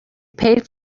paid